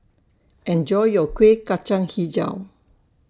Enjoy your Kuih Kacang Hijau